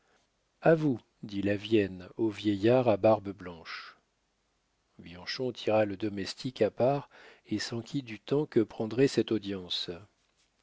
a vous dit lavienne au vieillard à barbe blanche bianchon tira le domestique à part et s'enquit du temps que prendrait cette audience